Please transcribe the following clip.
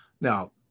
Now